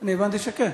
אני הבנתי שכן.